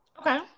Okay